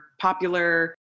popular